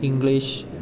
English